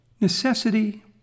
Necessity